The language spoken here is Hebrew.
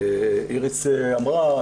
מה שאיריס אמרה,